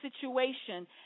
situation